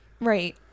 right